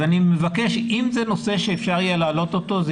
אם זה נושא שיהיה אפשר להעלות אותו,